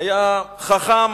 היה חכם,